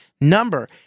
number